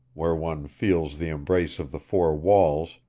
where one feels the embrace of the four walls,